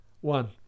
One